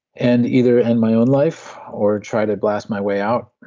and either end my own life or try to blast my way out